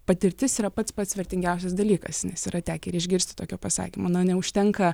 patirtis yra pats pats vertingiausias dalykas nes yra tekę ir išgirsti tokio pasakymo na neužtenka